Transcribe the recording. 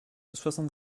soixante